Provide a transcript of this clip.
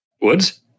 Woods